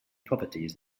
properties